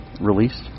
released